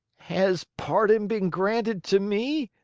has pardon been granted to me?